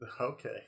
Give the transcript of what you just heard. okay